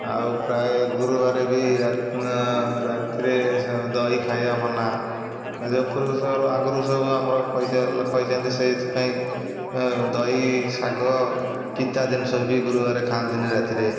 ଆଉ ପ୍ରାୟ ଗୁରୁବାର ବି ରାତିରେ ଦହି ଖାଇବା ମନା ପୁରୁଷ ଆଗରୁ ସବୁ ଆମର କହିଛନ୍ତି ସେଇଥିପାଇଁ ଦହି ଶାଗ ପିତା ଜିନିଷ ବି ଗୁରୁବାର ଖାଆନ୍ତିନି ରାତିରେ